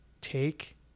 take